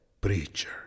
Preacher